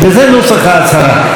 וזה נוסח ההצהרה: